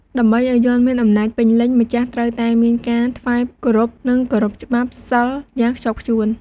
ដើម្បីឱ្យយ័ន្តមានអំណាចពេញលេញ ម្ចាស់ត្រូវតែ មានការថ្វាយគោរព និង គោរពច្បាប់ “សីល” យ៉ាងខ្ជាប់ខ្ជួន។